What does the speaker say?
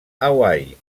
hawaii